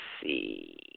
see